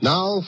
Now